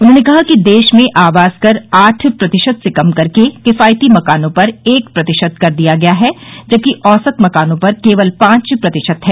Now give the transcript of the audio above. उन्होंने कहा कि देश में आवास कर आठ प्रतिशत से कम करके किफायती मकानों पर एक प्रतिशत कर दिया गया है जबकि औसत मकानों पर केवल पांच प्रतिशत है